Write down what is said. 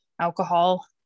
alcohol